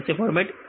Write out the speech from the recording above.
कौन से फॉर्मेट